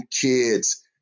kids